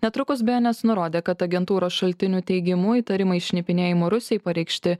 netrukus bns nurodė kad agentūros šaltinių teigimu įtarimai šnipinėjimu rusijai pareikšti